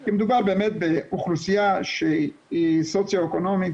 כי מדובר באמת באוכלוסייה שהיא סוציו-אקונומית